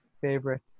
favorite